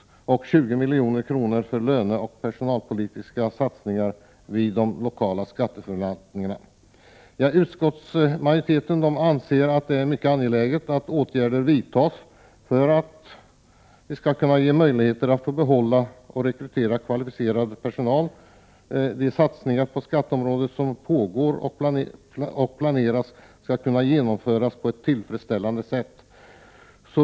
Till detta kommer 20 milj.kr. för löneoch personalpolitiska satsningar vid de lokala skatteförvaltningarna. Utskottsmajoriteten anser att det är mycket angeläget att åtgärder vidtas för att det skall skapas möjligheter att behålla och rekrytera kvalificerad personal. De satsningar på skatteområdet som pågår och planeras skall kunna genomföras på ett tillfredsställande sätt.